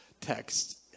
text